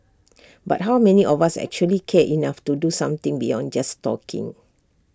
but how many of us actually care enough to do something beyond just talking